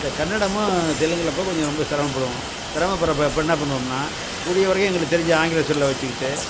அந்த கன்னடமும் தெலுங்கிலப்ப கொஞ்சம் ரொம்ப சிரமப்படுவோம் சிரமப்பட்றப்பப்ப என்ன பண்ணுவோம்ன்னா கூடிய வரையும் எங்களுக்கு தெரிஞ்ச ஆங்கில சொல்லை வச்சிக்கிட்டு